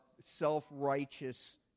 self-righteous